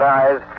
eyes